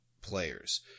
players